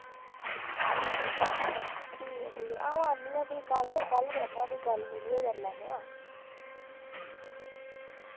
अच्छा ठीक ऐ ठीक ऐ आऊं आनी ऐं फ्ही कल कल करने आं फ्ही गल्ल मिलियै करी लैन्ने आं